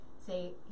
say